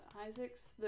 Isaacs